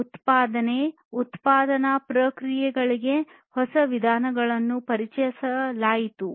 ಉತ್ಪಾದನೆ ಉತ್ಪಾದನಾ ಪ್ರಕ್ರಿಯೆಗಳಿಗೆ ಹೊಸ ವಿಧಾನಗಳನ್ನು ಪರಿಚಯಿಸಲಾಯಿತು